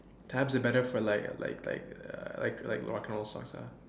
tabs is better for like like like like like rock and roll songs ah